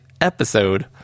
episode